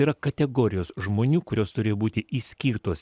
yra kategorijos žmonių kurios turėjo būti išskirtos